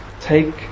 take